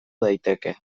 daiteke